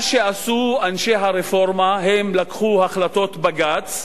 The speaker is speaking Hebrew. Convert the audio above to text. מה שעשו אנשי הרפורמה, הם לקחו החלטות בג"ץ,